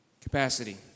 Capacity